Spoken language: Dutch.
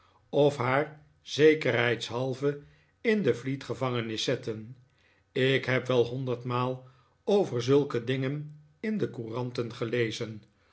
of haar zekerheidshalve in de fleetgevangenis zetten ik heb wel honderdmaal over zulke dingen in de co'uranten gelezen